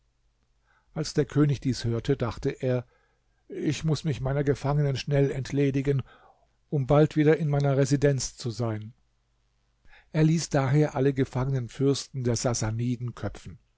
als der könig dies hörte dachte er ich muß mich meiner gefangenen schnell entledigen um bald wieder in meiner residenz zu sein er ließ daher alle gefangenen fürsten der sassaniden köpfen